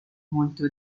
molto